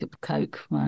coke